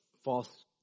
false